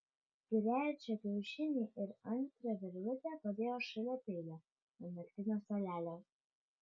trečią kiaušinį ir antrą virvutę padėjo šalia peilio ant naktinio stalelio